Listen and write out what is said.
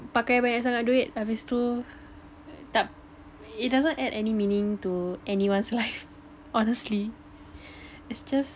pakai banyak sangat duit habis tu tak it doesn't add any meaning to anyone's life honestly it's just